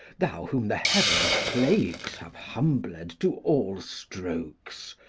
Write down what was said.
thou whom the heavens' plagues have humbled to all strokes.